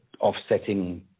offsetting